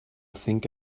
think